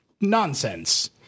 Nonsense